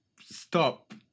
stop